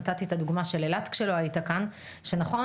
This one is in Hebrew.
נתתי את הדוגמה של אילת כשלא היית כאן: נכון